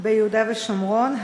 ביהודה ושומרון,